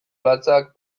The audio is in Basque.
latzak